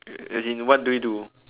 as in what do you do